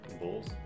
Bulls